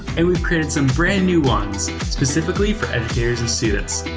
and we've created some brand new ones specifically for educators and students.